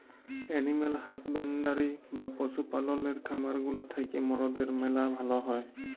animal husbandry বা পশু পাললের খামার গুলা থ্যাকে মরদের ম্যালা ভাল হ্যয়